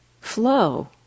flow